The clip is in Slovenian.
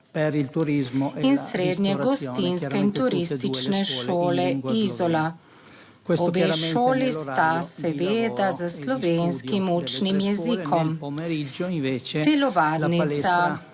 in Srednje gostinske in turistične šole Izola. Obe šoli sta seveda s slovenskim učnim jezikom. Telovadnica